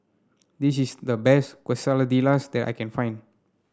this is the best Quesadillas that I can find